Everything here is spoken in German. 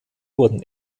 wurden